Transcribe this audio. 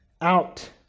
out